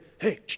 hey